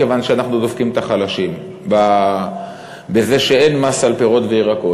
כיוון שאנחנו דופקים את החלשים בזה שאין מס על פירות וירקות.